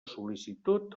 sol·licitud